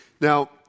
now